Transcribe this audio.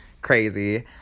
crazy